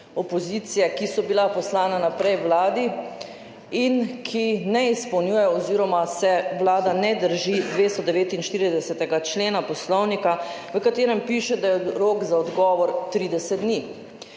opozicije, ki so bila poslana naprej vladi in ki ne izpolnjujejo oziroma se vlada ne drži 249. člena Poslovnika, v katerem piše, da je rok za odgovor 30 dni.